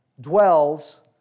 dwells